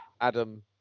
Adam